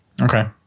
Okay